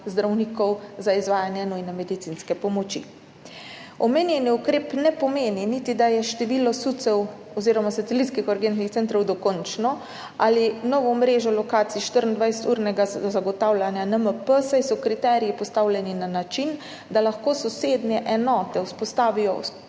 zdravnikov za izvajanje nujne medicinske pomoči. Omenjeni ukrep ne pomeni niti, da je število SUC-ev oziroma satelitskih urgentnih centrov dokončno, ne pomeni nove mreže lokacij 24-urnega zagotavljanja NMP, saj so kriteriji postavljeni na način, da lahko sosednje enote vzpostavijo